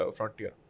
Frontier